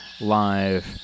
live